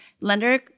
Lender